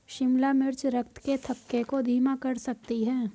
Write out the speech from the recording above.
शिमला मिर्च रक्त के थक्के को धीमा कर सकती है